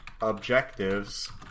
objectives